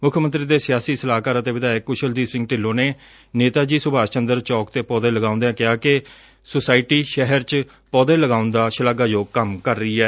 ਮੁੱਖ ਮੰਤਰੀ ਦੇ ਸਿਆਸੀ ਸਲਾਹਕਾਰ ਅਤੇ ਵਿਧਾਇਕ ਕੁਸ਼ਲਦੀਪ ਸਿੰਘ ਢਿੱਲੋ ਨੇ ਨੇਤਾ ਜੀ ਸੁਭਾਸ਼ ਚੰਦਰ ਚੌਕ ਤੇ ਪੌਦੇ ਲਗਾਉਂਦਿਆਂ ਕਿਹਾ ਕਿ ਸੁਸਾਇਟੀ ਸ਼ਹਿਰ ਚ ਪੌਦੇ ਲਗਾਉਣ ਦਾ ਸ਼ਲਾਘਾਯੋਗ ਕੰਮ ਕਰ ਰਹੀ ਐ